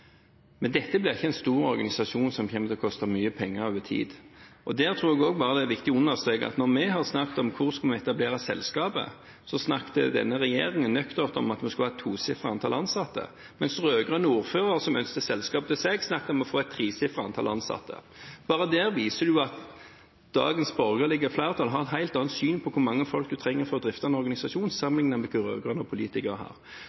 Men dette blir ikke en stor organisasjon som kommer til å koste mye penger over tid. Der tror jeg også det er viktig å understreke at når vi har snakket om hvordan vi etablerer selskapet, snakker denne regjeringen nøkternt om at vi skal ha et tosifret antall ansatte, mens rød-grønne ordførere som ønsket selskapet til seg, snakket om å få et tresifret antall ansatte. Bare det viser at dagens borgerlige flertall har et helt annet syn på hvor mange folk man trenger for å drifte en organisasjon, sammenlignet med hva rød-grønne politikere